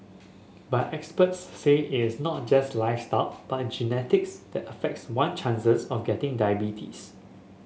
but experts say is not just lifestyle but genetics that affects one chances of getting diabetes